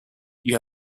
you